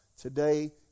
Today